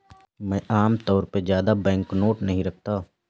मैं आमतौर पर ज्यादा बैंकनोट नहीं रखता